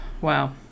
Wow